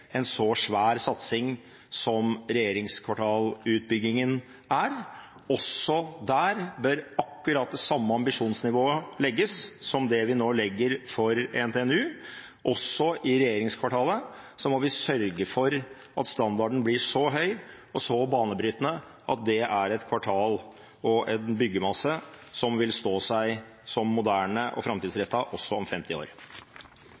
en så svær satsing som det regjeringskvartalutbyggingen er. Også der bør det samme ambisjonsnivået som det vi nå legger for NTNU, legges. Også i regjeringskvartalet må vi sørge for at standarden blir så høy og så banebrytende at det er et kvartal og en bygningsmasse som vil framstå som moderne og framtidsrettet også om 50 år.